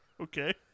okay